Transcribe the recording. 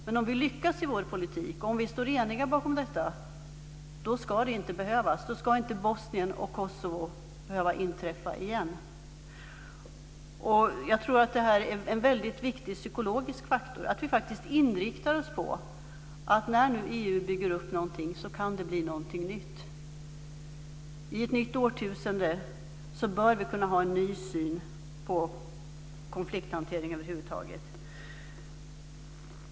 Men om vi lyckas i vår politik och står eniga bakom detta ska det inte behövas. Då ska inte det som inträffade i Bosnien och Kosovo behöva inträffa igen. Jag tror att det är en väldigt viktig psykologisk faktor att vi faktiskt inriktar oss på att det kan bli något nytt när nu EU bygger upp någonting. I ett nytt årtusende bör vi kunna ha en ny syn på konflikthantering över huvud taget.